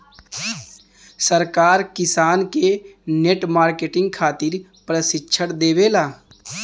सरकार किसान के नेट मार्केटिंग खातिर प्रक्षिक्षण देबेले?